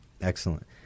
Excellent